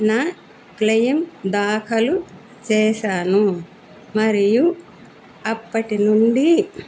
నా క్లెయిమ్ దాఖలు చేశాను మరియు అప్పటి నుండి